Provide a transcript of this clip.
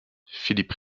philippe